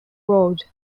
road